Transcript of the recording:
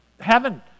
heaven